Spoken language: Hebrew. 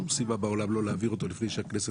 סיבה בעולם לא להעביר אותו לפני שהכנסת מתפזרת.